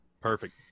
perfect